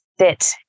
sit